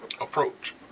Approach